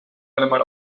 einmal